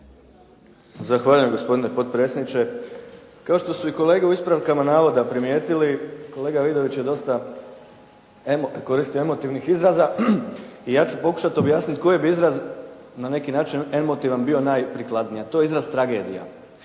Zahvaljujem gospodine potpredsjedniče. Kao što su i kolege u ispravkama navoda primijetili, kolega Vidović je koristio dosta emotivnih izraza i ja ću pokušati objasnit koji bi izraz na neki način emotivan bio najprikladniji, a to je izraz tragedija.